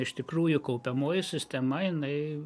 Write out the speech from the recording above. iš tikrųjų kaupiamoji sistema jinai